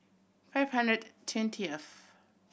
five hundred twentieth